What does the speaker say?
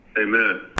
Amen